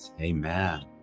Amen